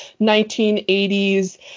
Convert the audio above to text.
1980s